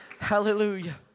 hallelujah